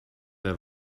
der